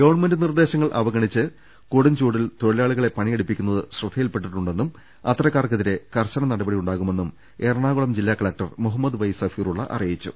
government നിർദേശങ്ങൾ അവഗണിച്ച് കൊടുംചൂടിൽ തൊഴി ലാളികളെ പണിയെടുപ്പിക്കുന്നത് ശ്രദ്ധയിൽപെട്ടിട്ടുണ്ടെന്നും അത്ത രക്കാർക്കെതിരെ കർശന നടപടിയുണ്ടാകുമെന്നും എറണാകുളം ജില്ലാ കലക്ടർ മുഹമ്മദ് വൈ സ്ഫീറുള്ള അറിയിച്ചു